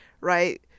right